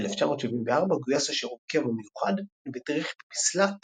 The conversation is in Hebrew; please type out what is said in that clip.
ב-1974 גויס לשירות קבע מיוחד והדריך בביסל"ת